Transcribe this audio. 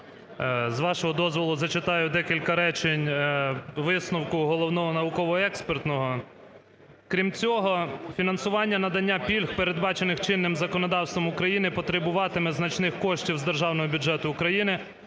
З вашого дозволу, зачитаю декілька речень висновку Головне науково-експертного: "Крім цього фінансування надання пільг, передбачених чинним законодавством України потребуватиме значних коштів з державного бюджету України,